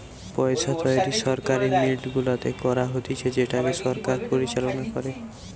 পইসা তৈরী সরকারি মিন্ট গুলাতে করা হতিছে যেটাকে সরকার পরিচালনা করে